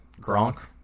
gronk